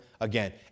again